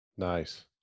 nice